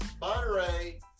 Monterey